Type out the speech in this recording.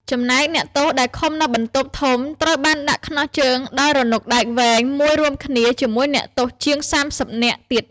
ចំណែកអ្នកទោសដែលឃុំនៅបន្ទប់ធំត្រូវបានដាក់ខ្ចោះជើងដោយរនុកដែកវែងមួយរួមគ្នា ជាមួយអ្នកទោសជាង សាមសិបនាក់ទៀត។